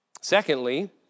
secondly